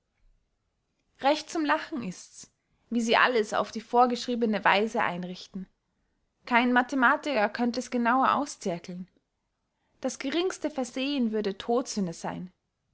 recht zum lachen ists wie sie alles auf die vorgeschriebene weise einrichten kein mathematiker könnt es genauer auszirkeln das geringste versehen würde todsünde seyn